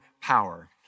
power